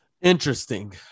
Interesting